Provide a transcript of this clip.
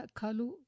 kalu